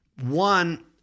One